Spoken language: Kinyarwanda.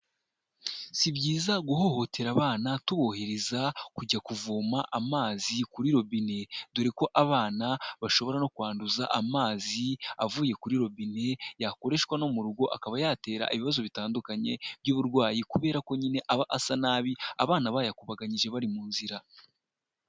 Si byiza guhohotera abana tubohereza kujya kuvoma amazi kuri robine, dore ko abana bashobora no kwanduza amazi avuye kuri robine, yakoreshwa no mu rugo akaba yatera ibibazo bitandukanye by'uburwayi, kubera ko nyine aba asa nabi, abana bayakubaganyije bari mu nzira.